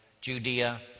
Judea